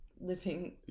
living